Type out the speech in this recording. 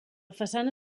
façana